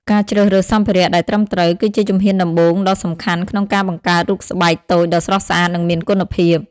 ការជ្រើសរើសសម្ភារៈដែលត្រឹមត្រូវ គឺជាជំហានដំបូងដ៏សំខាន់ក្នុងការបង្កើតរូបស្បែកតូចដ៏ស្រស់ស្អាត និងមានគុណភាព។